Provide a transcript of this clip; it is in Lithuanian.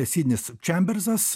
sidnis čembersas